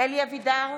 אלי אבידר,